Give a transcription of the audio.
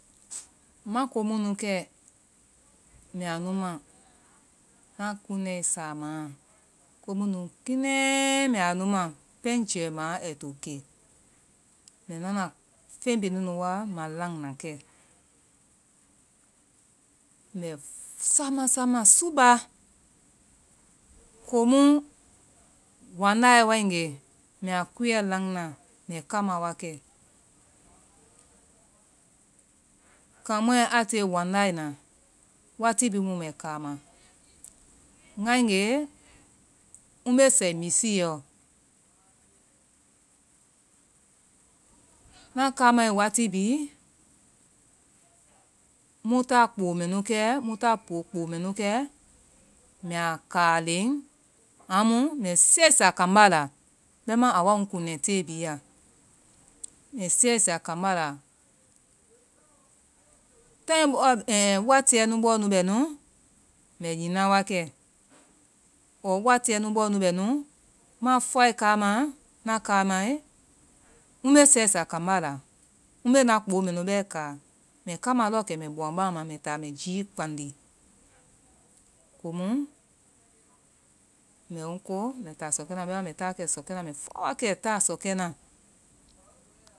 Mako mu nu kɛ mɛ a nu ma samaa, na kunɛe. Ko mu nu kiinɛɛ mbɛ a nu ma pɛŋ jɛima ai to ke. Mbɛ na na feŋ bi nunu wa malaŋda kɛ. Mɛ-sama, sama-subaa. Komu waŋdaɛ wae nge, mbɛ a kuɛ laŋna, mbɛ kama wakɛ. Kamɔɛ a tiie waŋdaina, wati bi mu mbɛ kaama. Ngae nge, me sɛi liifiɛɔ. Nakaama wati bi, mu ta kpo mbɛ nu kɛ, mu ta poo kpo mɛnu kɛ, mɛ a kaa len amu mɛ sɛsa kambá la. Bɛma aa wa ŋ kunɛ te bi ya. Mbɛ sɛsa kambá la. Taŋi bɔ-ɛ watiɛ nu bɔ nu bɛ nu, mɛ nyiina wakɛ. Ɔ watiɛ nu bɔ nu bɛ nu, ma fuuae kaama, na kaamae, me sɛsa kambá la, me na kpo mɛ nu bɛ kaa. Mbɛ kaama lɔkɛ mɛ bɔaŋ baŋma, mɛ taa mɛ jii kpaŋdi komu mɛ ŋ ko mɛ ta sɔkɛna. Bɛma mɛ taa wakɛ sɔkɛna. Mɛ fuua wakɛ taa sɔkɛna.